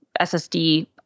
SSD